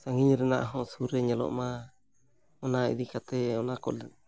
ᱥᱟᱺᱜᱤᱧ ᱨᱮᱱᱟᱜ ᱦᱚᱸ ᱥᱩᱨ ᱨᱮ ᱧᱮᱞᱚᱜ ᱢᱟ ᱚᱱᱟ ᱤᱫᱤ ᱠᱟᱛᱮᱫ ᱚᱱᱟ ᱠᱚ ᱞᱟᱹᱜᱤᱫ